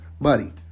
buddy